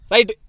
Right